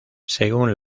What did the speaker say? según